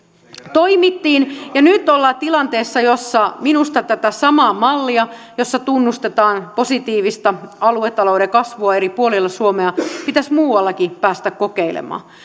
toimittiin ja nyt ollaan tilanteessa jossa minusta tätä samaa mallia jossa tunnustetaan positiivista aluetalouden kasvua eri puolilla suomea pitäisi muuallakin päästä kokeilemaan